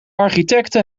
architecte